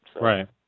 Right